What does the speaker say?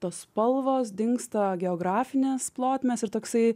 tos spalvos dingsta geografinės plotmės ir toksai